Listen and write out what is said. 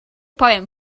poem